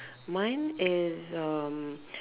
mine is um